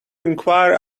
enquire